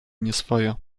nieswojo